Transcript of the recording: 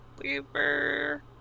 weaver